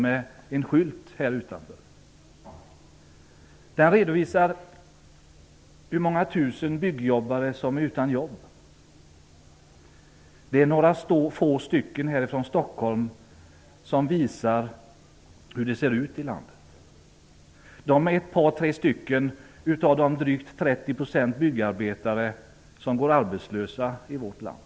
De bär på en skylt där det redovisas hur många tusen byggjobbare som är utan jobb. Det är alltså några få personer från Stockholm som visar hur det ser ut i landet. De är ett par tre stycken av de drygt 30 % byggarbetare som går arbetslösa i vårt land.